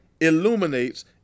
illuminates